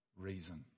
reason